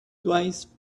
twice